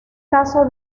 caso